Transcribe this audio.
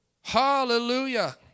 Hallelujah